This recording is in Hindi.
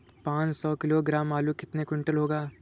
पाँच सौ किलोग्राम आलू कितने क्विंटल होगा?